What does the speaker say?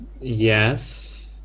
Yes